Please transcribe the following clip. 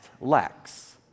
lex